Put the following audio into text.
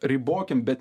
ribokim bet